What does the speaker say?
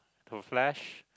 the Flash